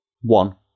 One